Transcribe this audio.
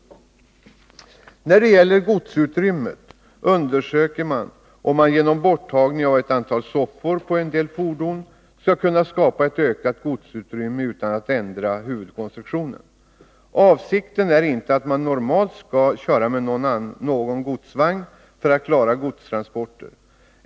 När det gäller godsutrymmet undersöker man om man genom borttagning av ett antal soffor på en del fordon skall kunna skapa ett ökat godsutrymme utan att ändra huvudkonstruktionen. Avsikten är inte att man normalt skall köra med någon godsvagn för att klara godstransporter.